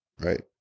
right